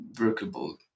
workable